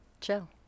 chill